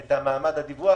את מעמד הדיווח,